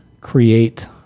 create